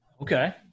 Okay